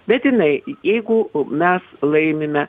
bet jinai jeigu mes laimime